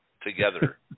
together